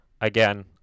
again